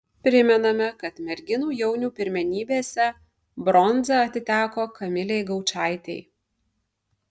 primename kad merginų jaunių pirmenybėse bronza atiteko kamilei gaučaitei